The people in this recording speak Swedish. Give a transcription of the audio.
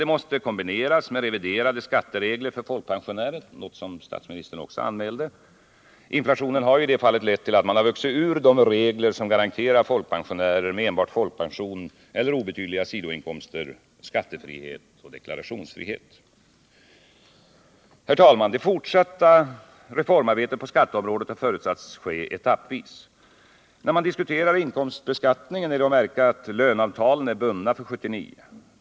Det måste kombineras med reviderade skatteregler för folkpensionärer, och även detta har anmälts av statsministern. Inflationen har i det fallet lett till att man vuxit ur de regler som garanterar folkpensionärer med enbart folkpension eller obetydliga sidoinkomster skattefrihet och deklarationsfrihet. Det fortsatta reformarbetet på skatteområdet har förutsatts ske etappvis. När man diskuterar inkomstbeskattningen är det att märka att löneavtalen är bundna för 1979.